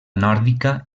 nòrdica